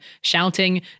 shouting